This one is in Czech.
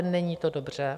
Není to dobře.